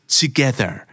together